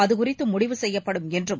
அதுகுறித்து முடிவு செய்யப்படும் என்றும்